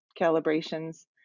calibrations